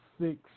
six